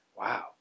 wow